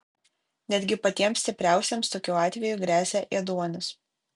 netgi patiems stipriausiems tokiu atveju gresia ėduonis